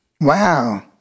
Wow